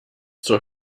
zur